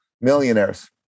millionaires